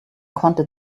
konnte